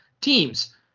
teams